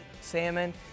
salmon